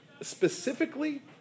specifically